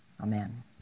Amen